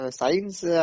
Science